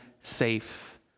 safe